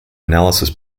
analysis